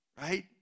right